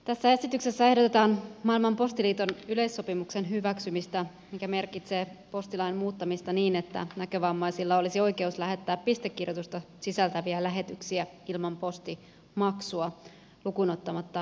tässä esityksessä ehdotetaan maailman postiliiton yleissopimuksen hyväksymistä mikä merkitsee postilain muuttamista niin että näkövammaisilla olisi oikeus lähettää pistekirjoitusta sisältäviä lähetyksiä ilman postimaksua lukuun ottamatta lentolisämaksua